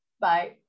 Bye